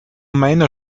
meiner